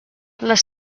les